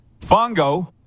fongo